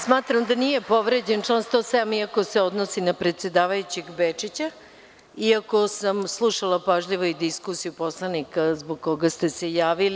Smatram da nije povređen član 107, iako se odnosi na predsedavajućeg Bečića, iako sam slušala pažljivo i diskusiju poslanika zbog koga ste se javili.